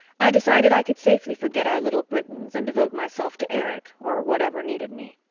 i decided i could safely forget our little britons and devote myself to erich or whatever needed me.